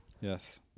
Yes